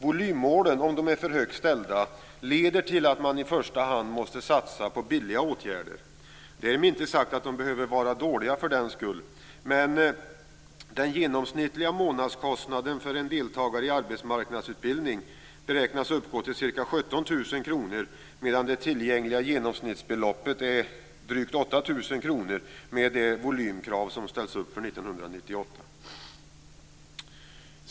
Volymmålen, om de är för högt ställda, leder till att man i första hand måste satsa på billiga åtgärder. Därmed inte sagt att de behöver vara dåliga för den skull, men en genomsnittlig månadskostnad för en deltagare i arbetsmarknadsutbildning beräknas uppgå till ca 17 000 kr medan det tillgängliga genomsnittsbeloppet är drygt 8 000 kr med det volymkrav som ställs upp för 1998.